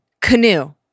Canoe